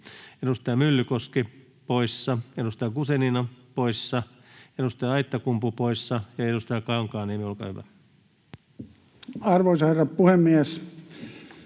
Edustaja Myllykoski poissa, edustaja Guzenina poissa, edustaja Aittakumpu poissa. — Edustaja Kankaanniemi, olkaa hyvä. Arvoisa herra puhemies!